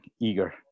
eager